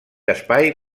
espai